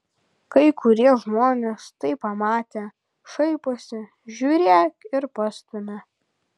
kai kurie žmonės tai pamatę šaiposi žiūrėk ir pastumia